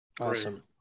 awesome